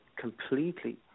completely